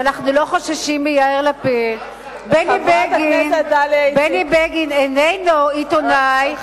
בני בגין איננו עיתונאי,